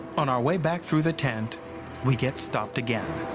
on our way back through the tent we get stopped again.